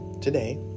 today